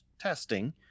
testing